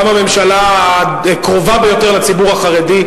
גם הממשלה הקרובה ביותר לציבור החרדי,